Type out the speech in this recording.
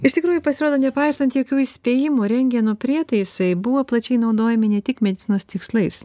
iš tikrųjų pasirodo nepaisant jokių įspėjimų rentgeno prietaisai buvo plačiai naudojami ne tik medicinos tikslais